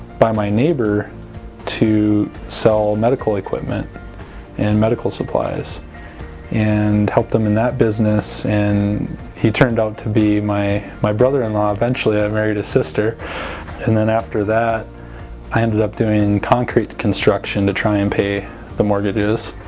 by my neighbor to sell medical equipment and medical supplies and help them in that business and he turned out to be my my brother-in-law eventually i married his sister and then after that i ended up doing concrete construction to try and pay the mortgages